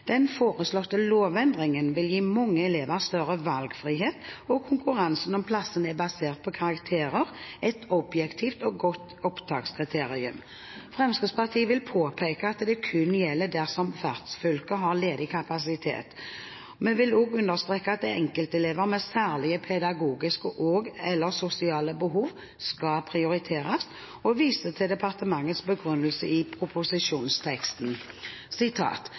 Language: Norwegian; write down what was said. Den foreslåtte lovendringen vil gi mange elever større valgfrihet, og konkurransen om plassene er basert på karakterer, et objektivt og godt opptakskriterium. Fremskrittspartiet vil påpeke at dette kun gjelder dersom vertsfylket har ledig kapasitet. Vi vil også understreke at enkeltelever med særlige pedagogiske og/eller sosiale behov skal prioriteres, og viser til departementets begrunnelse i proposisjonsteksten: